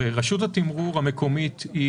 הרי רשות התימרור המקומית,